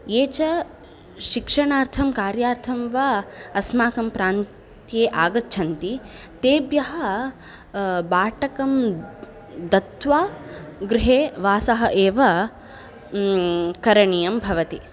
ये च शिक्षणार्थं कार्यार्थं वा अस्माकं प्रान्ते आगच्छन्ति तेभ्यः बाटकं दत्वा गृहे वासः एव करणीयं भवति